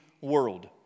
world